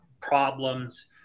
problems